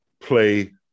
play